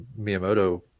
Miyamoto